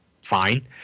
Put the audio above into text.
fine